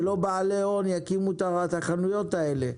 שלא בעלי הון יקימו את החנויות האלה,